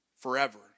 forever